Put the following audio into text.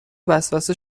وسوسه